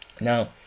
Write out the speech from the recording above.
Now